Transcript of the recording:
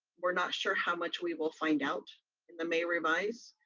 we're not sure how much we will find out in the may revise.